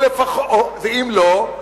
ואם לא,